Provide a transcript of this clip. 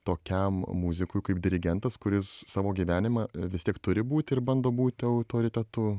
tokiam muzikui kaip dirigentas kuris savo gyvenimą vis tiek turi būti ir bando būti autoritetu